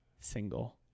single